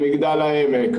במגדל העמק,